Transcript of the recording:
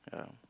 yeah